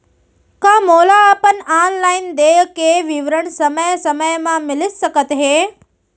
का मोला अपन ऑनलाइन देय के विवरण समय समय म मिलिस सकत हे?